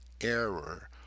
error